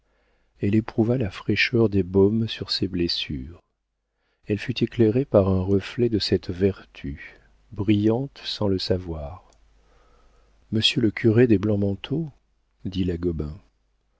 elle éprouva la fraîcheur des baumes sur ses blessures elle fut éclairée par un reflet de cette vertu brillante sans le savoir monsieur le curé des blancs-manteaux dit